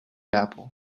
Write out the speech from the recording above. apple